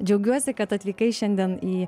džiaugiuosi kad atvykai šiandien į